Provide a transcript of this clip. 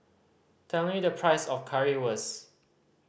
tell me the price of Currywurst